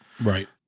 right